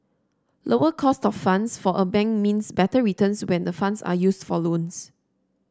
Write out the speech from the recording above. lower cost of funds for a bank means better returns when the funds are used for loans